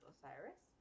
Osiris